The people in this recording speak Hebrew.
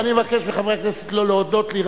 אני מבקש מחברי הכנסת לא להודות לי,